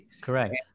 Correct